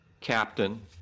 captain